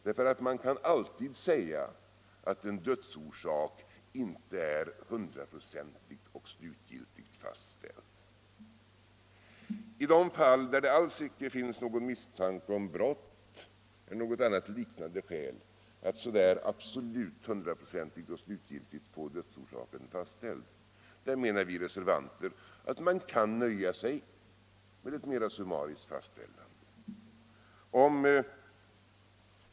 Man kan nämligen alltid säga att en dödsorsak inte är hundraprocentigt och slutgiltigt fastställt. I de fall där det inte alls finns någon misstanke om brott eller något annat liknande skäl att absolut hundraprocentigt och slutgiltigt få dödsorsaken fastställd menar vi reservanter att man kan nöja sig med ett mer summariskt fastställande.